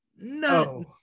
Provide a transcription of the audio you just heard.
no